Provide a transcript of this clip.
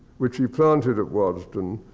which he planted at waddesdon,